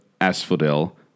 asphodel